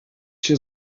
się